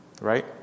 right